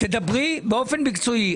תדברי באופן מקצועי,